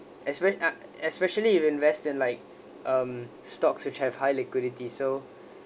especial~ ah especially you invest in like um stocks which have high liquidity so